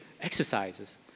exercises